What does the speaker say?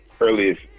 earliest